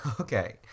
Okay